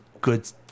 good